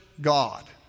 God